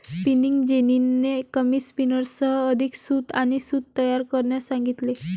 spinning जेनीने कमी स्पिनर्ससह अधिक सूत आणि सूत तयार करण्यास सांगितले